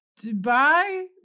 Dubai